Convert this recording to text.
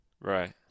Right